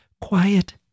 quiet